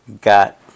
got